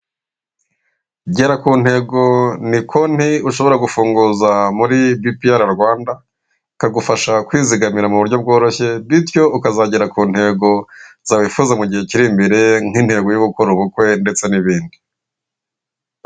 Gera ku ntego ni konti ushobora gufunguza muri bipiyara Rwanda, ikagufasha kwizigamira mu buryo bworoshye, bityo ukazagera ku ntego zawe wifuza mu gihe kiri imbere nk'intego yo gukora ubukwe ndetse n'ibindi.